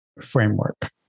framework